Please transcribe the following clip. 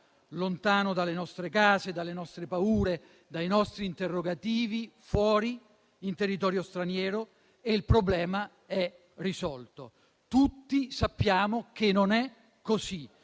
lontano dalle nostre case, dalle nostre paure, dai nostri interrogativi, fuori, in territorio straniero, e il problema è risolto. Tutti sappiamo che non è così,